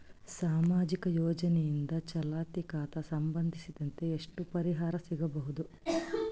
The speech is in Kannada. ಸಾಮಾಜಿಕ ಯೋಜನೆಯಿಂದ ಚಾಲತಿ ಖಾತಾ ಸಂಬಂಧಿಸಿದಂತೆ ಎಷ್ಟು ಪರಿಹಾರ ಸಿಗಬಹುದು?